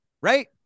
right